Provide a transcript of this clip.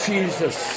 Jesus